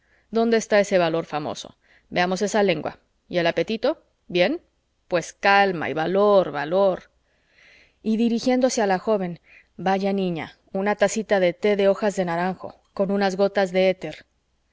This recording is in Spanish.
dónde está ese valor famoso veamos esa lengua y el apetito bien pues calma y valor valor y dirigiéndose a la joven vaya niña una tacita de té de hojas de naranjo con unas gotas de éter